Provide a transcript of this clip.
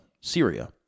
Syria